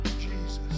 Jesus